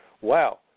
Wow